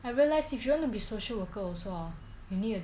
I realise if you want to be social worker also ah you need a